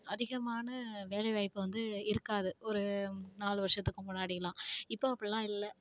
அதிகமான வேலைவாய்ப்பு வந்து இருக்காது ஒரு நாலு வருஷத்துக்கு முன்னாடியெல்லாம் இப்போது அப்படில்லாம் இல்லை